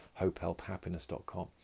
hopehelphappiness.com